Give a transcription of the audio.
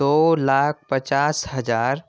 دو لاکھ پچاس ہزار